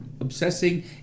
obsessing